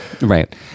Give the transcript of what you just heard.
Right